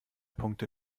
punkte